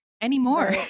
anymore